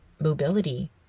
mobility